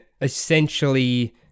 essentially